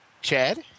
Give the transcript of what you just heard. Chad